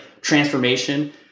transformation